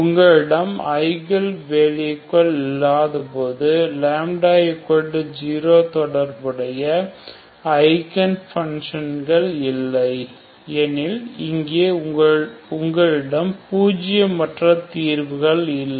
உங்களிடம் ஐகன் வேல்யூகள் இல்லாதபோது λ0 தொடர்புடைய ஐகன் பங்க்ஷன் களை இல்லை எனில் இங்கே உங்களிடம் பூஜியமற்ற மற்ற தீர்வு இல்லை